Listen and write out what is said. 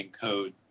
code